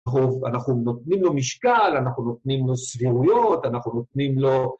אנחנו נותנים לו משקל, אנחנו נותנים לו סבירויות, אנחנו נותנים לו...